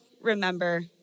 remember